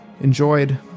enjoyed